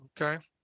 Okay